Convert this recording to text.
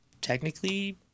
technically